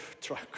truck